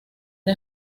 era